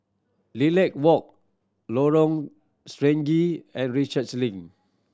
Lilac Walk Lorong Stangee and Research Link